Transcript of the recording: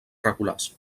regulars